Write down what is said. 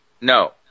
No